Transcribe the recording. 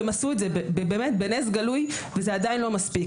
והם עשו את זה באמת בנס גלוי וזה עדיין לא מספיק,